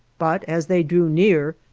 but as they drew near,